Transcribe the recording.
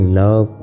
love